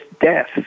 death